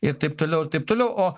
ir taip toliau ir taip toliau o